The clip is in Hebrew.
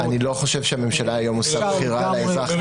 אני לא חושב שהממשלה היום עושה בחירה על האזרח.